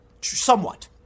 Somewhat